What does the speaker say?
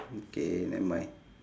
okay nevermind